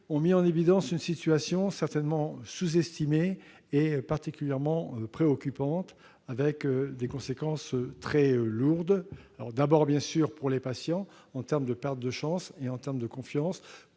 ont mis en évidence une situation certainement sous-estimée et particulièrement préoccupante, aux conséquences très lourdes, d'abord bien sûr pour les patients, en termes de perte de chances et de confiance,